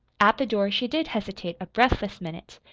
at the door she did hesitate a breathless minute,